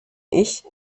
ich